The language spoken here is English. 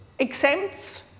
exempts